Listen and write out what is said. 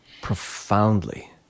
profoundly